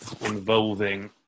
involving